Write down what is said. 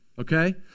okay